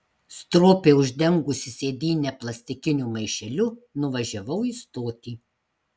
stropiai uždengusi sėdynę plastikiniu maišeliu nuvažiavau į stotį